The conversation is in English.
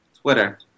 Twitter